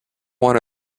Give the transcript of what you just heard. wanta